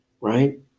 right